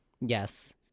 Yes